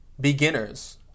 beginners